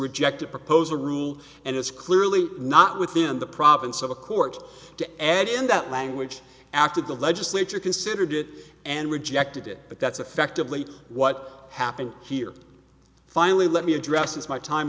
rejected propose a rule and it's clearly not within the province of a court to add in that language after the legislature considered it and rejected it but that's effectively what happened here finally let me address this my time